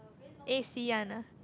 A_C one ah